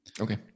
Okay